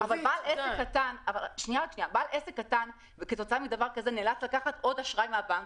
בעל עסק קטן כתוצאה מדבר כזה נאלץ לקחת עוד אשראי מן הבנק,